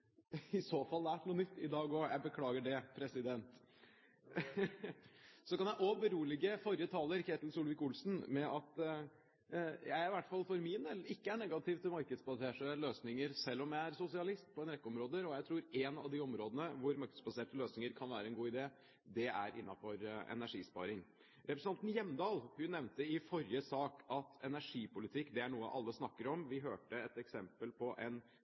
nytt i dag også. Jeg beklager det, president! Jeg kan også berolige forrige taler, Ketil Solvik-Olsen, med at i hvert fall jeg for min del ikke er negativ til markedsbaserte løsninger, selv om jeg er sosialist på en rekke områder, og jeg tror at et av de områdene hvor markedsbaserte løsninger kan være en god idé, er innenfor energisparing. Representanten Hjemdal nevnte i forrige sak at energipolitikk er noe alle snakker om. Vi hørte et eksempel på